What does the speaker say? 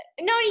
No